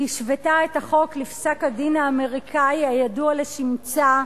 השוותה את החוק לפסק-הדין האמריקני הידוע לשמצה,